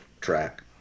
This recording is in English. track